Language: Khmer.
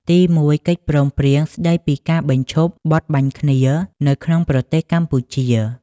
ទីមួយ កិច្ចព្រមព្រៀង ស្តីពីការបញ្ឈប់បទបាញ់គ្នា នៅក្នុងប្រទេសកម្ពុជា។